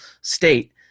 state